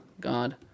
God